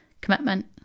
commitment